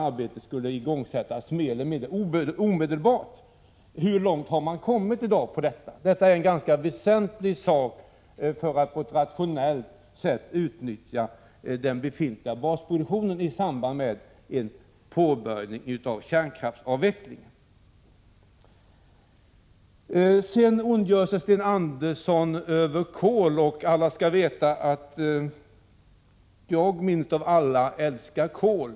Arbetet skulle igångsättas mer eller mindre omedelbart. Hur långt har man kommit i dag? Det är ganska väsentligt att man på ett rationellt sätt utnyttjar befintlig basproduktion i samband med att man påbörjar en kärnkraftsavveckling. Sten Andersson ondgör sig över kol. Alla skall veta att jag minst av alla älskar kol.